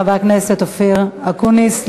חבר הכנסת אופיר אקוניס,